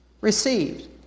received